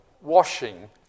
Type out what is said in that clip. washing